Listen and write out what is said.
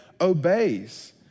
obeys